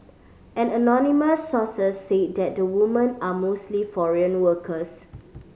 an anonymous source said that the woman are mostly foreign workers